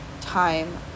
time